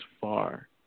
far